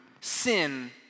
sin